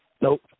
Nope